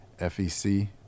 fec